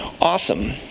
awesome